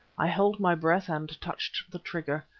i held my breath and touched the trigger.